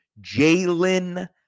Jalen